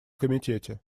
комитете